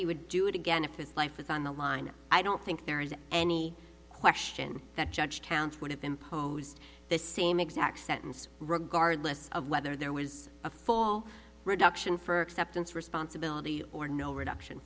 he would do it again if his life is on the line i don't think there is any question that judge counts would have imposed the same exact sentence regardless of whether there was a full reduction for acceptance of responsibility or no reduction